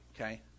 okay